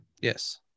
yes